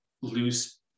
loose